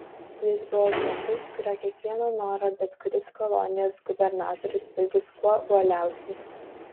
jis buvo žmogus kurio kiekvieną norą bet kuris kolonijos gubernatorius pildys kuo uoliausiai